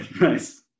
nice